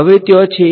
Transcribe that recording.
હવે ત્યાં છે